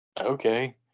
Okay